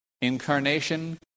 incarnation